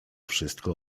wszystko